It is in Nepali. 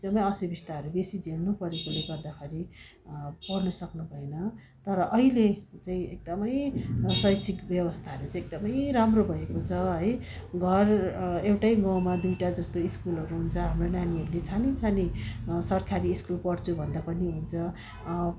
एकदमै असुविस्ताहरू बेसी झेल्नुपरेकोले गर्दाखेरि पढ्नु सक्नुभएन तर अहिले चाहिँ एकदमै शैक्षिक व्यवस्थाहरू चाहिँ एकदमै राम्रो भएको छ है घर एउटै गाउँमा दुईवटा जस्तो स्कुलहरू हुन्छ हाम्रो नानीहरूले छानी छानी सरकारी स्कुल पढ्छु भन्दा पनि हुन्छ